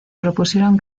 propusieron